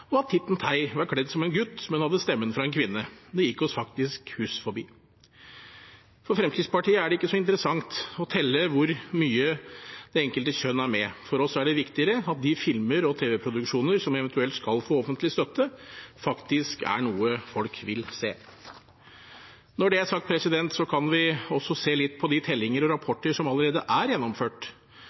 og at Titten Tei var kledd som en gutt, men hadde stemmen fra en kvinne. Det gikk oss faktisk hus forbi. For Fremskrittspartiet er det ikke så interessant å telle hvor mye det enkelte kjønn er med. For oss er det viktigere at de filmer og tv-produksjoner som eventuelt skal få offentlig støtte, faktisk er noe folk vil se. Når det er sagt, kan vi også se litt på de tellinger og rapporter som allerede er gjennomført.